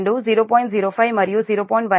05 మరియు 0